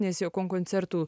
nes jo kon koncertų